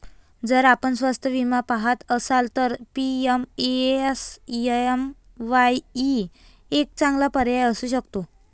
जर आपण स्वस्त विमा पहात असाल तर पी.एम.एस.एम.वाई एक चांगला पर्याय असू शकतो